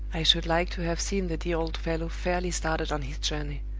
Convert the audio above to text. i should like to have seen the dear old fellow fairly started on his journey.